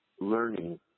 learning